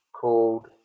called